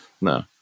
no